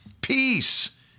Peace